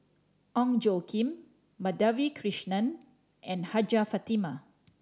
Ong Tjoe Kim Madhavi Krishnan and Hajjah Fatimah